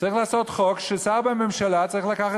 צריך לעשות חוק ששר בממשלה צריך לקחת